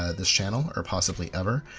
ah this channel, or possibly ever,